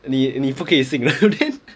你你不可以信的